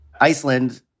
Iceland